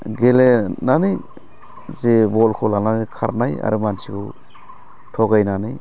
गेलेनानै जे बलखौ लानानै खारनाय आरो मानसिखौ थगायनानै